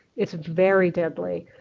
it's very deadly.